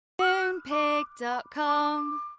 Moonpig.com